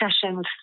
sessions